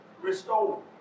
restore